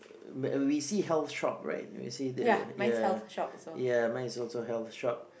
uh we see health shop right we see the ya ya mine is also health shop